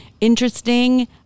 interesting